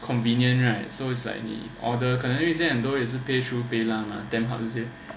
convenient right so it's like 你 order 可能又是想在很多都是 pay through Paylah mah then how to say